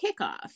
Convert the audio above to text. kickoff